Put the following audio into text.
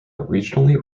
regionally